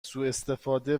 سواستفاده